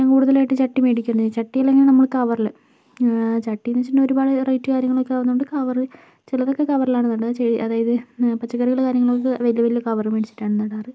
ഏറ്റവും കൂടുതലായിട്ട് ചട്ടി മേടിക്കുന്നത് ചട്ടി അല്ലെങ്കിൽ നമ്മള് കവറില് ചട്ടിന്ന് വച്ചിട്ടുണ്ടെങ്കിൽ ഒരുപാട് റേറ്റ് കാര്യങ്ങളൊക്കെ ആവുന്നത് കൊണ്ട് കവറ് ചിലതൊക്കെ കവറിലാണ് നടുക അതായത് പച്ചക്കറികളുടെ കാര്യങ്ങളൊക്കെ വലിയ വലിയ കവറ് മേടിച്ചിട്ടാണ് നാടാറ്